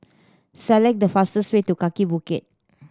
select the fastest way to Kaki Bukit